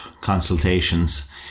consultations